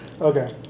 Okay